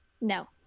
No